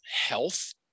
health